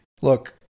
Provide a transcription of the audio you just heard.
Look